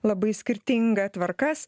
labai skirtinga tvarkas